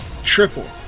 triple